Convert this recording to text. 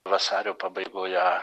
vasario pabaigoje